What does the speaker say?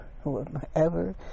whoever